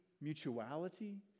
mutuality